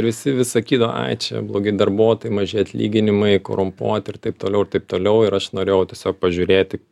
visi vis sakydavo ai čia blogi darbuotojai maži atlyginimai korumpuoti ir taip toliau ir taip toliau ir aš norėjau tiesiog pažiūrėti